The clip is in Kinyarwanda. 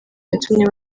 yatumye